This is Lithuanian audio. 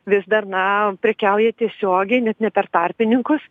vis dar na prekiauja tiesiogiai net ne per tarpininkus